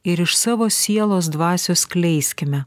ir iš savo sielos dvasios skleiskime